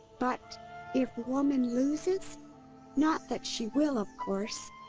but if woman loses? not that she will, of course.